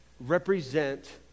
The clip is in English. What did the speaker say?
represent